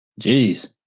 Jeez